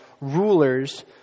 rulers